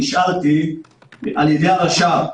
נשאלתי על ידי הרש"פ,